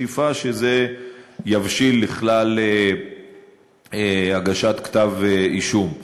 בשאיפה שזה יבשיל לכלל הגשת כתב אישום.